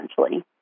essentially